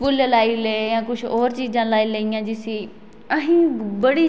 सवेरे उट्ठी रूट्टी खाओ अपनी मतलब ताजा ताजा रूट्टी खानी चाहिदी इ'यां बेही रूट्टी नी खानी चाहिदी